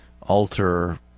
alter